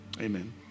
Amen